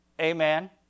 Amen